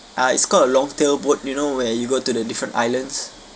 ah it's called a long tail boat you know where you go to the different islands